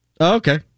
okay